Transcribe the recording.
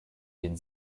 den